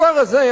הכפר הזה,